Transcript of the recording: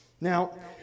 now